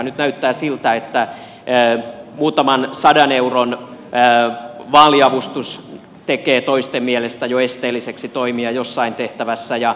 nyt näyttää siltä että muutaman sadan euron vaaliavustus tekee toisten mielestä jo esteelliseksi toimimaan jossain tehtävässä